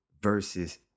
versus